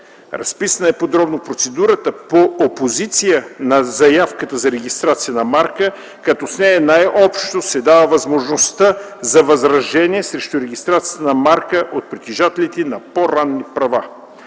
разписана е подробно процедурата по опозиция на заявката за регистрация на марка, като с нея най-общо се дава възможността за възражение срещу регистрацията на марка от притежателите на по-ранни права.